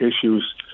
issues